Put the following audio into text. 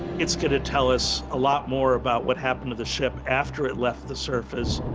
it's going to tell us a lot more about what happened to the ship after it left the surface